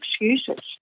excuses